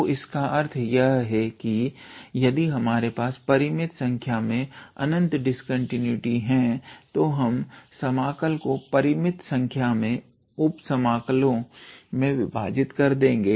तो इसका अर्थ है कि यदि हमारे पास परिमित संख्या में अनंत डिस्कंटीन्यूटी है तो हम समाकल को परिमित संख्या में उप समाकलो में विभाजित कर देंगे